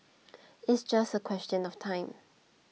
it's just a question of time